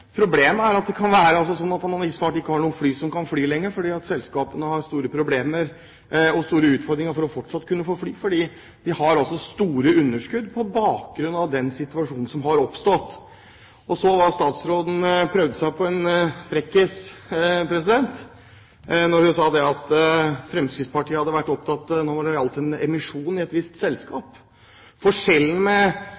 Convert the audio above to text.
Problemet er at det kan bli slik at man snart ikke har noen fly som kan fly lenger, fordi selskapene har store problemer og store utfordringer med fortsatt å kunne få fly fordi de har store underskudd på bakgrunn av den situasjonen som har oppstått. Og så prøvde statsråden seg på en frekkis da hun sa at Fremskrittspartiet hadde vært opptatt av en emisjon i et visst